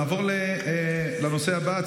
נעבור לנושא הבא,